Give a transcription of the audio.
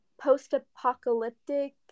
post-apocalyptic